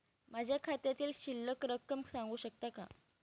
माझ्या खात्यातील शिल्लक रक्कम सांगू शकता का?